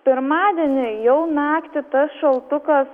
pirmadienį jau naktį tas šaltukas